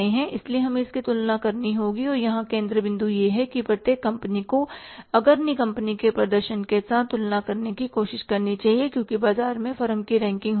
इसलिए हमें इसकी तुलना करनी होगी और यहां केंद्र बिंदु यह है कि प्रत्येक कंपनी को अग्रणी कंपनी के प्रदर्शन के साथ तुलना करने की कोशिश करनी चाहिए क्योंकि बाजार में फर्म की रैंकिंग होती है